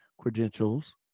credentials